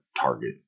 Target